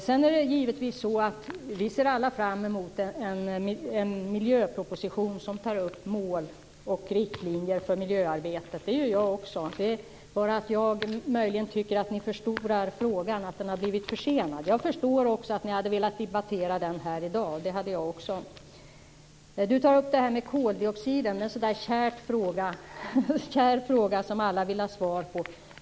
Vi ser givetvis alla fram mot en miljöproposition som tar upp mål och riktlinjer för miljöarbetet. Det gör jag också. Jag tycker möjligen att ni förstorar det faktum att den har blivit försenad. Jag förstår också att ni hade velat debattera den här i dag. Det hade jag också velat göra. Lennart Fremling tar upp frågan om koldioxid. Det är en kär fråga som alla vill ha svar på.